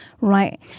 right